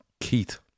Keith